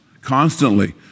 constantly